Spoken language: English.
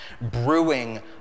brewing